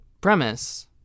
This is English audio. premise